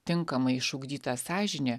tinkamai išugdyta sąžinė